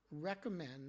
recommend